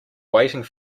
waiting